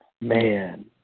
Man